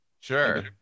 Sure